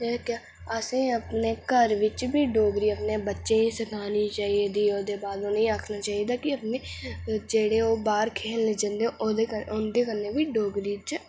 असें अपने घर बिच बी डोगरी बच्चें गी सिखानी चाहिदी ते ओहदे बाद उ'नेंगी आक्खना चाहिदा कि जेहड़े ओह् बाह्र खेलन जंदे उं'दे कन्नै बी डोगरी बिच